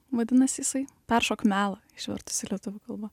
vadinasi jisai peršok melą išvertus į lietuvių kalbą